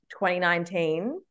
2019